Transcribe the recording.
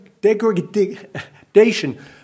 degradation